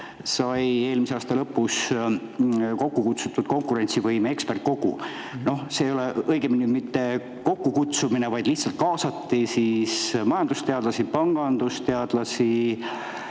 eelmise aasta lõpus kokku kutsutud konkurentsivõime ekspertkogu. Õigemini ei olnud see kokkukutsumine, vaid lihtsalt kaasati majandusteadlasi, pangandusteadlasi,